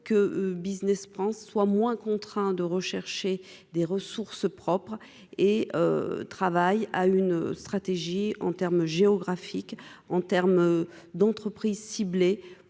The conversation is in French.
que Business France soit moins contraint de rechercher des ressources propres et travaille à une stratégie en termes géographiques en termes d'entreprises ciblées